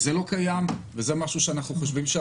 זה לא קיים וזה משהו שאנחנו חושבים,